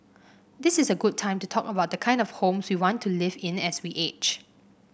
this is a good time to talk about the kind of homes we want to live in as we age